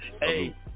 Hey